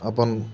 आपण